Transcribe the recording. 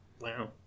Wow